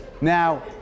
Now